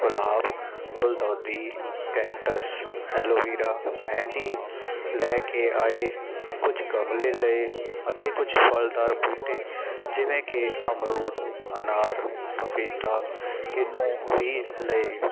ਗੁਲਾਬ ਗੁਲਦੌਦੀ cactus aloe vera ਮਹਿੰਦੀ ਲੈ ਕੇ ਆਏ ਕੁਝ ਗਮਲੇ ਲਏ ਅਤੇ ਕੁਝ ਫਲਦਾਰ ਬੂਟੇ ਜਿਵੇਂ ਕੇ ਅਮਰੂਦ ਅਨਾਰ ਪਪੀਤਾ ਕਿੰਨੂੰ ਵੀ ਲਏ